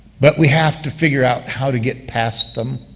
but we have to figure out how to get past them,